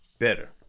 better